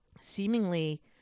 seemingly